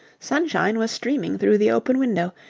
sunshine was streaming through the open window,